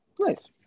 Nice